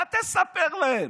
מה תספר להם?